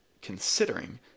Considering